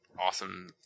awesome